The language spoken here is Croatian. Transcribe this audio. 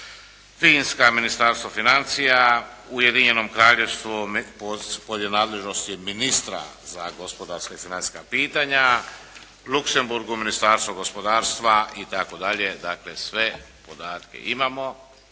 Finska Ministarstvo financija. Ujedinjeno Kraljevstvo polje nadležnosti je ministra za gospodarska i financijska pitanja. Luksemburgu Ministarstvo gospodarstva i tako dalje. Dakle sve podatke imamo.